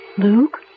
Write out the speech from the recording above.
Luke